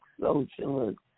socialist